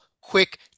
quick